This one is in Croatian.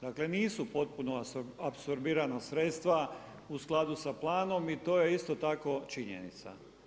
Dakle nisu potpuno apsorbirana sredstva u skladu sa planom i to je isto tako činjenica.